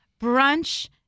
brunch